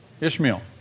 Ishmael